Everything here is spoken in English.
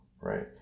right